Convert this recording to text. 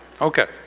Okay